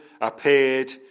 appeared